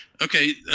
Okay